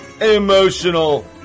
emotional